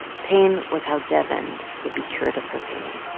pain was how devin would be cured of her pain